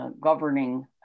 governing